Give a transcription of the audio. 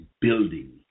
building